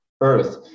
Earth